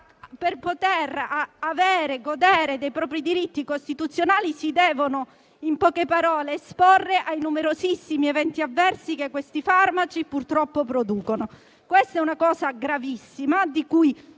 per poter godere dei propri diritti costituzionali, devono, in poche parole, esporsi ai numerosissimi eventi avversi che questi farmaci purtroppo producono. Questa è una cosa gravissima, di cui